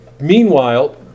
Meanwhile